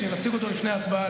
כשנציג אותו לפני ההצבעה,